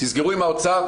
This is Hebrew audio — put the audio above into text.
תסגרו עם האוצר,